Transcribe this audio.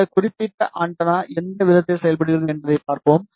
இந்த குறிப்பிட்ட ஆண்டெனா எந்த விதத்தில் செயல்படுகிறது என்பதைப் பார்ப்போம்